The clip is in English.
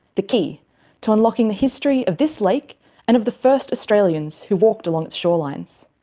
the key to unlocking the history of this lake and of the first australians who walked along its shorelines.